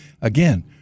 Again